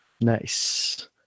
Nice